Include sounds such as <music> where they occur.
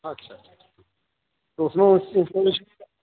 اچھا اچھا تو اس میں اس <unintelligible>